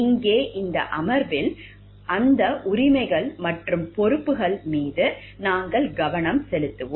இங்கே இந்த அமர்வில் அந்த உரிமைகள் மற்றும் பொறுப்புகள் மீது நாங்கள் கவனம் செலுத்துவோம்